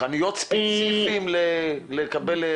חנויות ספציפיות לקבל בקבוקים?